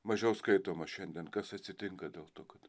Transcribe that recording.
mažiau skaitoma šiandien kas atsitinka dėl to kad